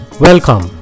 Welcome